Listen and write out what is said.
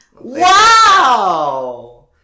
Wow